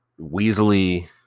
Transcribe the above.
weaselly